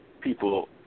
people